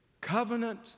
covenant